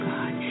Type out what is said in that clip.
God